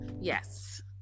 yes